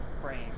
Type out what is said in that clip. frame